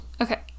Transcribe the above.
okay